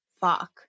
Fuck